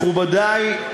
מכובדי,